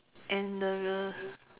and the